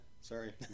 sorry